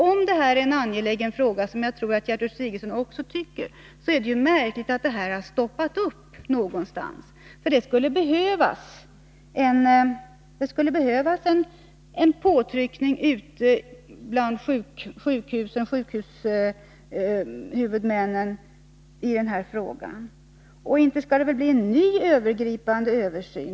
Om det här är en angelägen fråga, som jag tror att också Gertrud Sigurdsen tycker, är det märkligt att dess behandling någonstans har kunnat stoppas upp. Det skulle behövas en påtryckning ute bland sjukhushuvudmännen i den här frågan. Inte skall det väl bli en ny övergripande översyn?